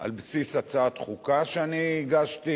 על בסיס הצעת חוקה שאני הגשתי,